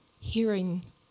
hearing